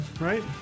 right